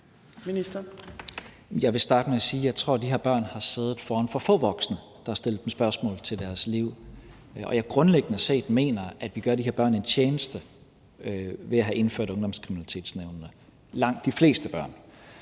Jeg vil starte med at sige, at jeg tror, at de her børn har siddet foran for få voksne, der har stillet dem spørgsmål om deres liv, og at jeg grundlæggende set mener, at vi gør de her børn en tjeneste ved at have indført ungdomskriminalitetsnævnene, langt de fleste børn.